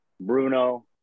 Bruno